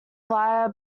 via